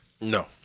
No